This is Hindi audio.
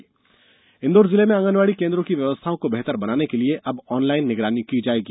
आंगनबाड़ी ऑनलाइन इंदौर जिले में आंगनवाड़ी केंद्रों की व्यवस्थाओं को बेहतर बनाने लिए अब ऑनलाइन निगरानी की जाएगी